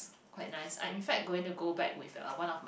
quite nice I in fact going to go back with uh one of my